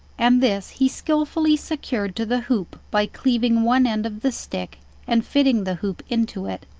and this he skilfully secured to the hoop by cleaving one end of the stick and fitting the hoop into it,